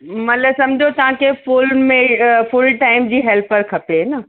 मतिलबु सम्झो तव्हांखे फ़ुल में फ़ुल टाइम जी हेल्पर खपे न